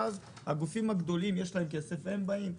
ואז לגופים הגדולים יש כסף והם באים.